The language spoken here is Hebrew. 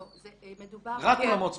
לא רק אולמות ספורט.